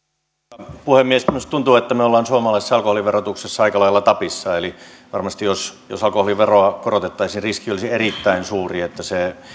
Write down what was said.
arvoisa puhemies minusta tuntuu että me olemme suomalaisessa alkoholin verotuksessa aika lailla tapissa eli varmasti jos jos alkoholiveroa korotettaisiin riski olisi erittäin suuri että se